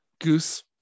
Goose